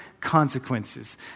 consequences